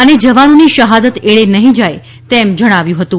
અને જવાનોની શહાદત એળે નહીં જાય એમ જણાવ્યું હતું